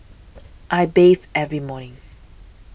I bathe every morning